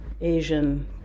Asian